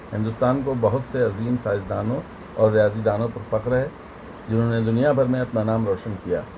ہندوستان کو بہت سے عظیم سائنسدانوں اور ریاضی دانوں پر فخر ہے جنہوں نے دنیا بھر میں اپنا نام روشن کیا